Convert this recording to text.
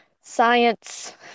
Science